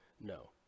no